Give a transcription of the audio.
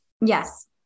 Yes